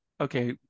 okay